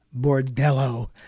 bordello